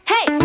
Hey